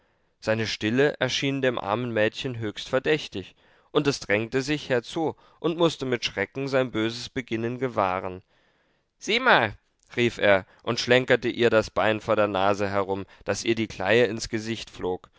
seine stille erschien dem armen mädchen höchst verdächtig und es drängte sich herzu und mußte mit schrecken sein böses beginnen gewahren sieh mal rief er und schlenkerte ihr das bein vor der nase herum daß ihr die kleie ins gesicht flog